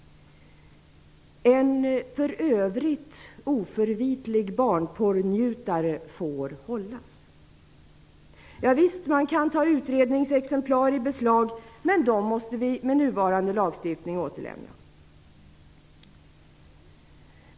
En för övrigt oförvitlig barnporrnjutare får hållas. Man kan visserligen ta utredningsexemplar i beslag, men med nuvarande lagstiftning måste dessa återlämnas.